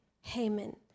Haman